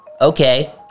Okay